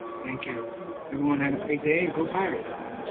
thank you everyone. have a great day. go pirates.